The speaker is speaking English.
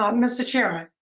um mr. chairman?